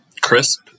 Crisp